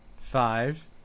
five